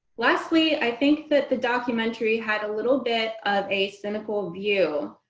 lastly, i think that the documentary had a little bit of a cynical view,